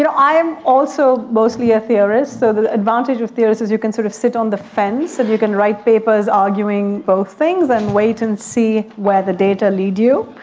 you know i am also mostly a theorist, so the advantage of theorists is you can sort of sit on the fence and you can write papers arguing both things and wait and see where the data leads you,